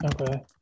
Okay